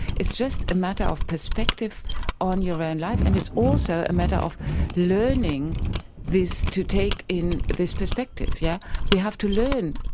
it's just a matter of perspective on your own life, and it's also a matter of learning to take in this perspective. yeah we have to learn,